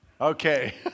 Okay